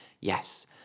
Yes